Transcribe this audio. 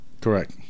Correct